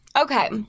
Okay